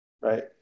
Right